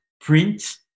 print